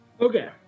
Okay